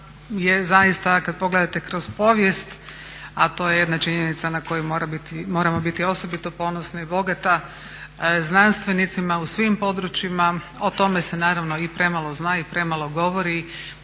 je zaista kad pogledate kroz povijest, a to je jedna činjenica na koju moramo biti osobito ponosni, bogata znanstvenicima u svim područjima. O tome se naravno i premalo zna i premalo govori